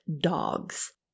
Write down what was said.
dogs